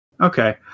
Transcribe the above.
Okay